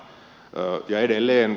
ja edelleen